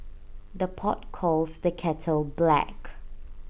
the pot calls the kettle black